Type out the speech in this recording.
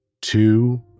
two